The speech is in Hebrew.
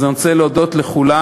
אז אני רוצה להודות לכולם,